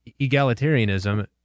Egalitarianism